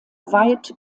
weit